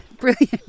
Brilliant